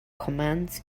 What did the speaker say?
commands